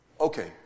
okay